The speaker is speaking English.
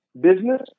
business